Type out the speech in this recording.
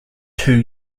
two